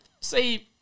Say